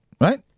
right